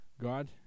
God